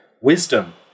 wisdom